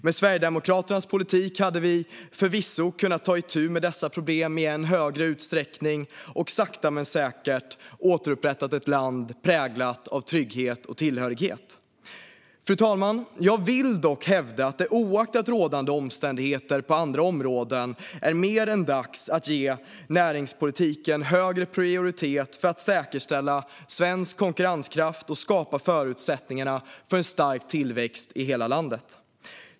Med Sverigedemokraternas politik hade vi förvisso kunnat ta itu med dessa problem i än större utsträckning och sakta men säkert återupprätta ett land präglat av trygghet och tillhörighet. Fru talman! Jag vill dock hävda att det oaktat rådande omständigheter på andra områden är mer än dags att ge näringspolitiken högre prioritet för att säkerställa svensk konkurrenskraft och skapa förutsättningar för en stark tillväxt i hela landet.